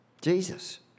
Jesus